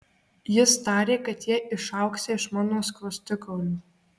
jis tarė kad jie išaugsią iš mano skruostikaulių